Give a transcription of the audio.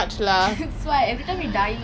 err !wah! damn hungry leh